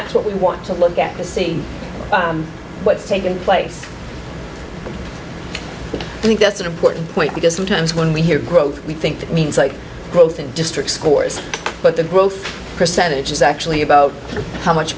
that's what we want to look at to see what's taken place i think that's an important point because sometimes when we hear growth we think that means like growth in district scores but the growth percentage is actually about how much